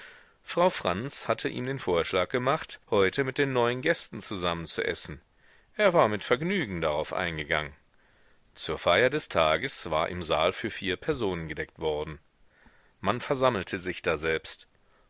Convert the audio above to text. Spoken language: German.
frau franz hatte ihm den vorschlag gemacht heute mit den neuen gästen zusammen zu essen er war mit vergnügen darauf eingegangen zur feier des tages war im saal für vier personen gedeckt worden man versammelte sich daselbst